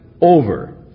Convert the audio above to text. over